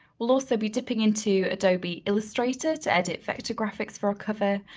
we'll also be dipping in to adobe illustrator to edit effective graphics for our cover.